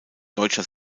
deutscher